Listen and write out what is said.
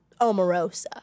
Omarosa